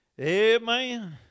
Amen